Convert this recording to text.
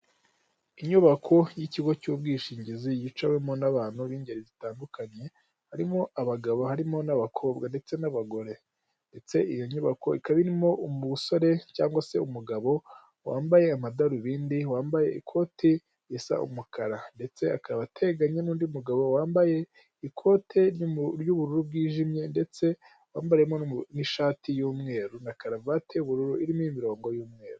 Inyubako y'ikigo cy'ubwishingizi yicawemo n'abantu b'ingeri zitandukanye, harimo abagabo, harimo n'abakobwa ndetse n'abagore, ndetse iyo nyubako ikaba irimo umusore cyangwa se umugabo wambaye amadarubindi, wambaye ikoti risa umukara, ndetse akaba ateganye n'undi mugabo wambaye ikote ry'ubururu bwijimye, ndetse wambariyemo n'ishati y'umweru na karuvati y'ubururu irimo imirongo y'umweru.